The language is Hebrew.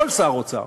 כל שר אוצר,